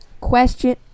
question